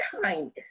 kindness